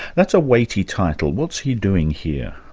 that's a weighty title what's he doing here?